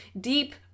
deep